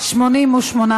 התשע"ט 2018, נתקבל.